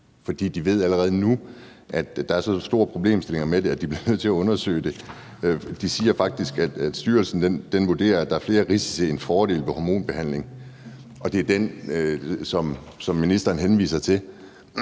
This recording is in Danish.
For de ved allerede nu, at der er så store problemstillinger med det, at de bliver nødt til at undersøge det. De siger faktisk, at styrelsen vurderer, at der er flere risici end fordele ved en hormonbehandling, og det er den, som ministeren henviser til.